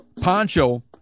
Poncho